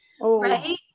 right